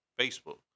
Facebook